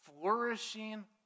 Flourishing